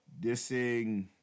dissing